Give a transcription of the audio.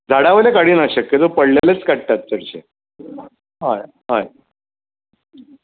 झाडा वयले काडिनात शक्यतो पडलेलेच काडटात चडशे हय हय